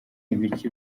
ibiki